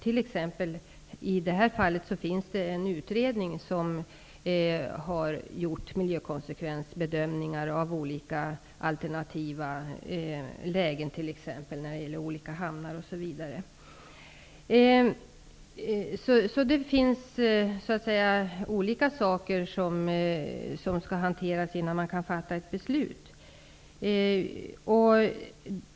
I detta fall finns det en utredning som har gjort miljökonsekvensbedömningar av olika alternativa lägen när det gäller olika hamnar, osv. Det är alltså olika frågor som skall hanteras innan man kan fatta ett beslut.